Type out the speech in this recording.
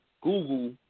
Google